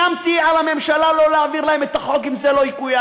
ואיימתי על הממשלה לא להעביר להם את החוק אם זה לא יקוים.